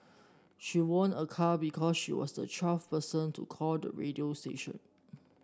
she won a car because she was the twelfth person to call the radio station